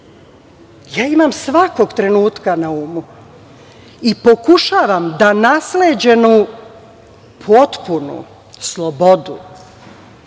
ja imam svakog trenutka na umu, i pokušavam da nam nasleđenu potpunu slobodu